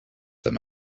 them